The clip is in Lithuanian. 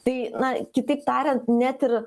tai na kitaip tariant net ir